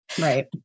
Right